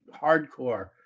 hardcore